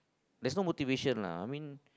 there's no motivation lah I mean